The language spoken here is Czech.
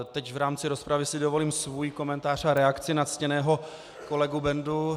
Teď v rámci rozpravy si dovolím svůj komentář a reakci na ctěného kolegu Bendu.